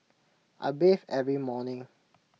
I bathe every morning